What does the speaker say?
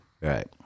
Right